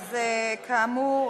כאמור,